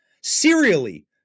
serially